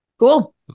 Cool